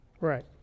Right